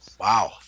Wow